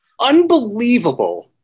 unbelievable